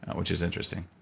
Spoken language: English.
which is interesting